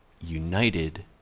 united